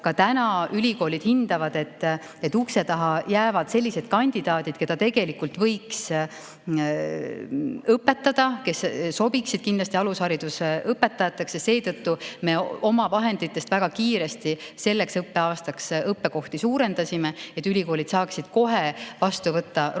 Ka praegu ülikoolid hindavad, et ukse taha jäävad sellised kandidaadid, keda tegelikult võiks õpetada, kes sobiksid kindlasti alushariduse õpetajateks, ja seetõttu me oma vahenditest väga kiiresti selleks õppeaastaks õppekohtade arvu suurendasime, et ülikoolid saaksid kohe vastu võtta rohkem